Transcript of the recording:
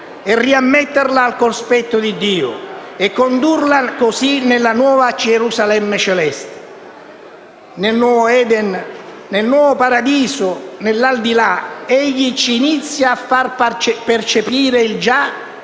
e riammetterla al cospetto di Dio, e condurla così nella Gerusalemme celeste, nel nuovo Eden, nel nuovo paradiso, nell'aldilà. Egli inizia a farci percepire il «già»,